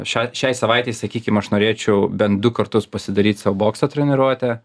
šia šiai savaitei sakykim aš norėčiau bent du kartus pasidaryt sau bokso treniruotę